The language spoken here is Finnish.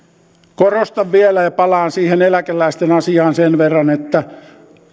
korostan vielä ja palaan siihen eläkeläisten asiaan sen verran että